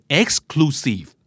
exclusive